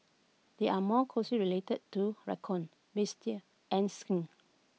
they are more closely related to raccoon and skunk